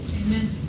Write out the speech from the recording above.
Amen